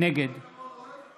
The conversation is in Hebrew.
נגד